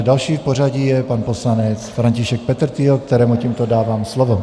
Další v pořadí je pan poslanec František Petrtýl, kterému tímto dávám slovo.